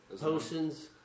Potions